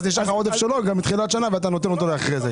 העודפים עבור פעילות שכבר נפתחה בגינה התחייבות,